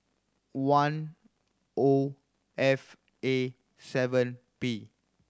one O F A seven P